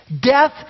Death